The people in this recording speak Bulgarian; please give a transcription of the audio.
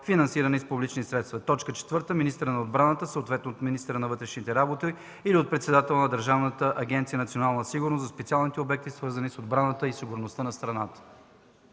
финансирани с публични средства; 4. министъра на отбраната, съответно от министъра на вътрешните работи, или от председателя на Държавна агенция „Национална сигурност” – за специалните обекти, свързани с отбраната и сигурността на страната.”